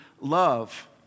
love